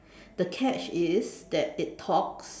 the catch is that it talks